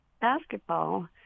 basketball